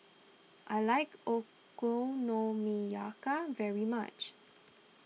I like Okonomiyaki very much